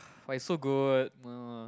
but it so good